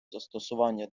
застосування